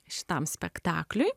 šitam spektakliui